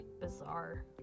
bizarre